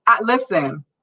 listen